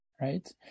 right